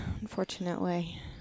unfortunately